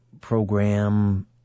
program